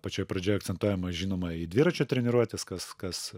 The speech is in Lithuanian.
pačioj pradžioj akcentuojama žinoma į dviračių treniruotes kas kas